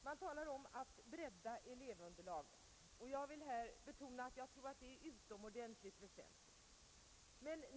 Man talar om att bredda elevunderlaget, och jag vill betona att det är utomordentligt väsentligt.